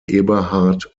eberhard